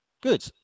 good